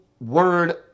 word